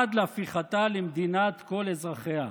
עד להפיכתה למדינת כל אזרחיה.